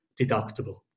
deductible